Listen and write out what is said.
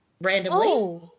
Randomly